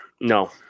No